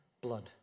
blood